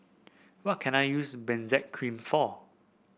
what can I use Benzac Cream for